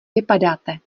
vypadáte